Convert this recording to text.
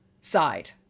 side